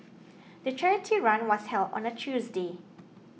the charity run was held on a Tuesday